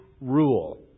rule